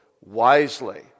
wisely